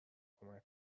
کمک